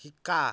শিকা